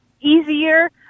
easier